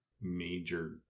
major